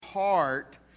heart